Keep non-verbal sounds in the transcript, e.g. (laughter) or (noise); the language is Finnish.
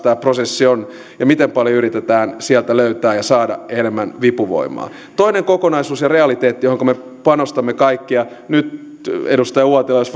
tämä prosessi on ja miten paljon yritetään sieltä löytää ja saada enemmän vipuvoimaa toinen kokonaisuus ja realiteetti johonka me panostamme kaikki nyt edustaja uotila jos (unintelligible)